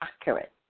accurate